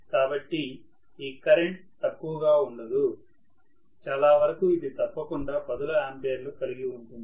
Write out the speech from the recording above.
కాబట్టి ఈ కరెంట్ తక్కువ గా ఉండదు చాల వరకు ఇది తప్పకుండ పదుల ఆంపియర్లు కలిగి ఉంటుంది